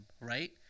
right